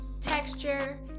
texture